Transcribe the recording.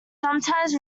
sometimes